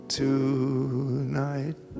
tonight